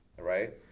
right